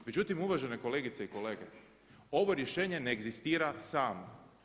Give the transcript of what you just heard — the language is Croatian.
Međutim, uvažene kolegice i kolege, ovo rješenje ne egzistira samo.